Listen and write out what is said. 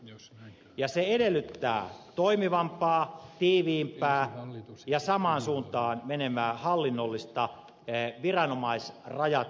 se edellyttää toimivampaa tiiviimpää ja samaan suuntaan menevää hallinnollista viranomaisrajat ylittävää toimintaa